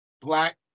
Black